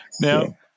Now